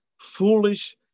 foolish